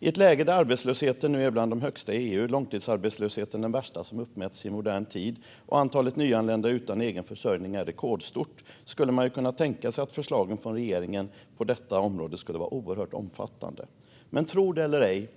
I ett läge där arbetslösheten är bland de högsta i EU, där långtidsarbetslösheten är den värsta som uppmätts i modern tid och där antalet nyanlända utan egen försörjning är rekordstort skulle man kunna tänka sig att förslagen från regeringen på detta område skulle vara oerhört omfattande. Men, tro det eller ej,